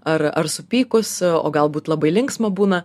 ar ar supykus o galbūt labai linksma būna